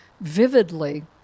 vividly